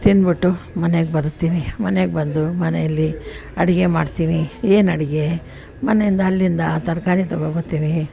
ತಿಂದುಬಿಟ್ಟು ಮನೆಗೆ ಬರ್ತೀನಿ ಮನೆಗೆ ಬಂದು ಮನೆಯಲ್ಲಿ ಅಡುಗೆ ಮಾಡ್ತೀನಿ ಏನು ಅಡುಗೆ ಮನೆಯಿಂದ ಅಲ್ಲಿಂದ ತರಕಾರಿ ತೊಗೋಬತ್ತಿನಿ